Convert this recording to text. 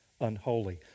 unholy